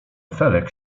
felek